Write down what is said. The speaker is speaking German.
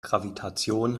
gravitation